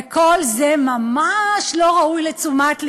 וכל זה ממש לא ראוי לתשומת לבו.